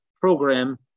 program